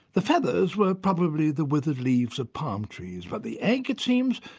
the feathers were probably the withered leaves of palm tress, but the egg, it seems,